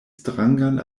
strangan